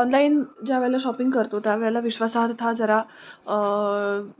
online ज्या वेळेला shopping करतो त्यावेळेला विश्वासार्हता जरा